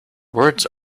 words